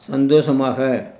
சந்தோஷமாக